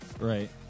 Right